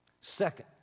Second